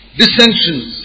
dissensions